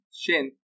Shin